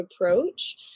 approach